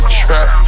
trap